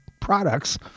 products